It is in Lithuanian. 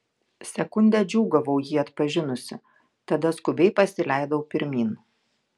sekundę džiūgavau jį atpažinusi tada skubiai pasileidau pirmyn